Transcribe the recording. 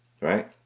Right